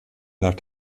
nach